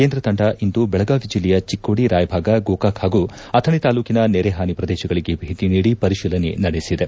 ಕೇಂದ್ರ ತಂದ ಇಂದು ಬೆಳಗಾವಿ ಜಿಲ್ಲೆಯ ಚಿಕ್ಕೋಡಿ ರಾಯಭಾಗ ಗೋಕಾಕ್ ಹಾಗೂ ಅಥಣಿ ತಾಲೂಕಿನ ನೆರೆಹಾನಿ ಪ್ರದೇಶಗಳಿಗೆ ಭೇಟಿ ನೀದಿ ಪರಿಶೀಲನೆ ನಡೆಸಿದೆ